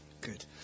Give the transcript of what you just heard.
Good